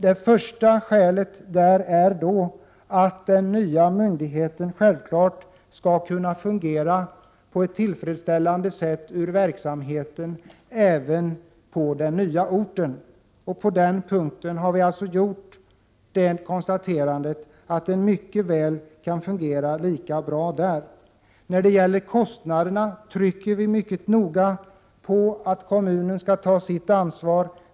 Det första skälet var att den nya myndigheten självfallet skall kunna sköta verksamheten på ett tillfredsställande sätt även på den nya orten. På den punkten har vi alltså gjort det konstaterandet att den mycket väl kan fungera lika bra där. När det gäller kostnaden trycker vi mycket starkt på att kommunen skall ta sitt ansvar.